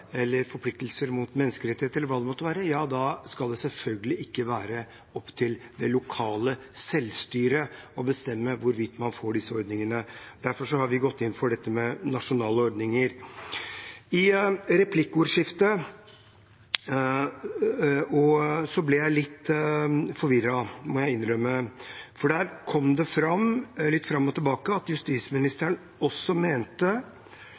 forpliktelser når det gjelder menneskerettigheter eller hva det måtte være, skal det selvfølgelig ikke være opp til det lokale selvstyret å bestemme hvorvidt man får disse ordningene. Derfor har vi gått inn for dette med nasjonale ordninger. I replikkordskiftet ble jeg litt forvirret, må jeg innrømme. For der kom det fram – litt fram og tilbake – at justisministeren også mente